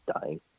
dying